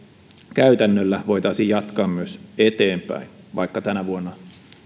käytännöllä voitaisiin jatkaa myös eteenpäin vaikka tänä vuonna